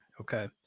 Okay